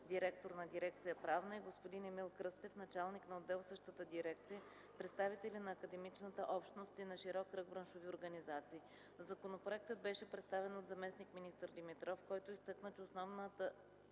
директор на дирекция „Правна” и господин Емил Кръстев – началник на отдел в същата дирекция, представители на академичната общност и на широк кръг браншови организации. Законопроектът беше представен от заместник-министър Димитров, който изтъкна, че основна